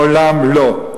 לעולם לא.